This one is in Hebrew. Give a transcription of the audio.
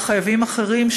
חייבים אחרים,